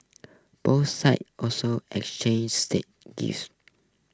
both sides also exchanged say